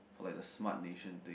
like the SmartNation thing